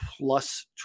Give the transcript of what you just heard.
plus